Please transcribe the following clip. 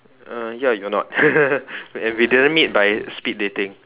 uh ya you're not and we didn't meet by speed dating